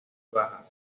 baja